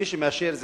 מי שמאשר זה